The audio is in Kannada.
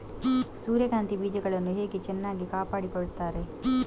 ಸೂರ್ಯಕಾಂತಿ ಬೀಜಗಳನ್ನು ಹೇಗೆ ಚೆನ್ನಾಗಿ ಕಾಪಾಡಿಕೊಳ್ತಾರೆ?